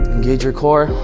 engage your core.